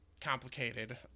complicated